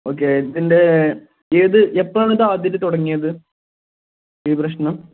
okay ഇതിൻ്റെ ഏത് എപ്പോഴാണ് ഇത് ആദ്യമായിട്ട് തുടങ്ങിയത് ഈ പ്രശ്നം